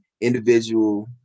individual